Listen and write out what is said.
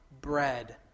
bread